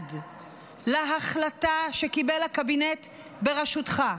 מנוגד להחלטה שקיבל הקבינט בראשותך.